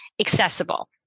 accessible